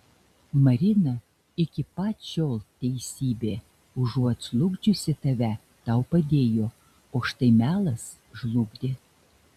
marina iki pat šiol teisybė užuot žlugdžiusi tave tau padėjo o štai melas žlugdė